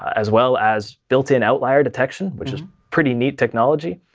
as well as built-in outlier detection, which is pretty neat technology.